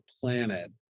planet